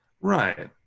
Right